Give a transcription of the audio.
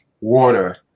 water